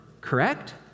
correct